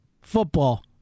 football